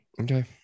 Okay